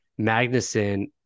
Magnuson